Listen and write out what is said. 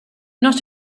not